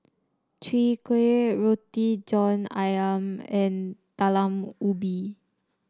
Chwee Kueh Roti John ayam and Talam Ubi